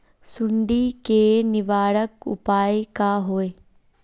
सुंडी के निवारक उपाय का होए?